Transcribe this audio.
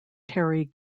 terry